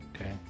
Okay